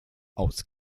aus